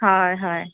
হয় হয়